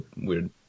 weird